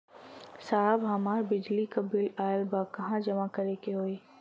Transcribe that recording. साहब हमार बिजली क बिल ऑयल बा कहाँ जमा करेके होइ?